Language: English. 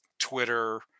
Twitter